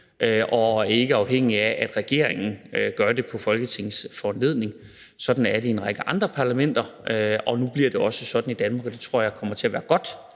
er ikke afhængigt af, at regeringen gør det på Folketingets foranledning. Sådan er det i en række andre parlamenter, og nu bliver det også sådan i Danmark, og det tror jeg kommer til at være godt